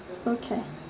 okay